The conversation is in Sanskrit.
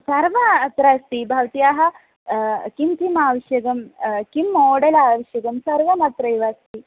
सर्व अत्र अस्ति भवत्याः किं किम् आवश्यकं किं मोडेल् आवश्यकं सर्वमत्रैव अस्ति